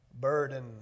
burden